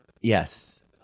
Yes